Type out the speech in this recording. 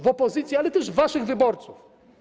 W opozycję, ale też w waszych wyborców.